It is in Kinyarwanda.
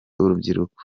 urubyiruko